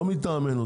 לא מטעמנו.